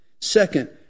Second